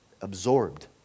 absorbed